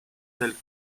del